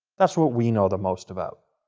that's what we know the most about.